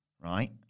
right